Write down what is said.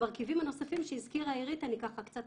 המרכיבים הנוספים שהזכירה עירית, אני קצת אחזק,